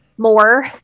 More